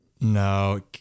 No